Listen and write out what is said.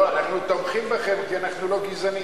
לא, אנחנו תומכים בכם, כי אנחנו לא גזענים.